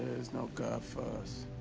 there's no god for us.